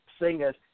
singers